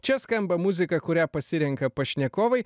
čia skamba muzika kurią pasirenka pašnekovai